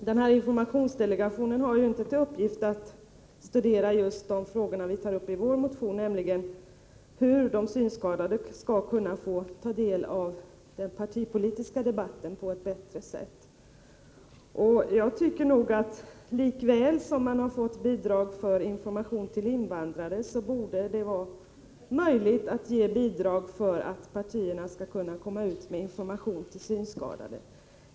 Herr talman! Informationsdelegationen har inte till uppgift att studera just de frågor som vi tar upp i vår motion, nämligen hur de synskadade skall kunna få ta del av den partipolitiska debatten på ett bättre sätt. Lika väl som man har fått bidrag för information till invandrare tycker jag att det borde vara möjligt att ge bidrag för att partierna skall kunna komma ut med information till synskadade.